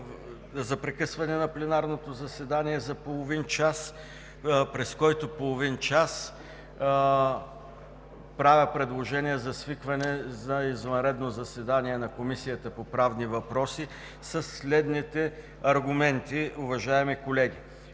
за прекъсване на пленарното заседание за половин час, през който правя предложение за свикване за извънредно заседание на Комисията по правни въпроси със следните аргументи, уважаеми колеги.